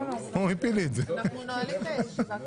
הישיבה ננעלה בשעה